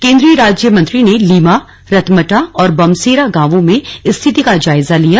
केंद्रीय राज्य मंत्री ने लीमा रतमटा और बमसेरा गांवों में स्थिति का जायजा लिया